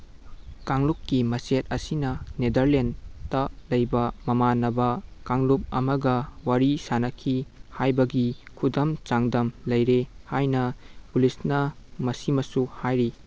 ꯀꯥꯡꯂꯨꯞꯀꯤ ꯃꯆꯦꯛ ꯑꯁꯤꯅ ꯅꯦꯗꯔꯂꯦꯟꯇ ꯂꯩꯕ ꯃꯃꯥꯟꯅꯕ ꯀꯥꯡꯂꯨꯞ ꯑꯃꯒ ꯋꯥꯔꯤ ꯁꯥꯅꯈꯤ ꯍꯥꯏꯕꯒꯤ ꯈꯨꯗꯝ ꯆꯥꯡꯗꯝ ꯂꯩꯔꯦ ꯍꯥꯏꯅ ꯄꯨꯂꯤꯁꯅ ꯃꯁꯤꯃꯁꯨ ꯍꯥꯏꯔꯤ